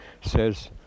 says